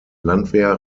landwehr